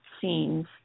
scenes